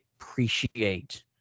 appreciate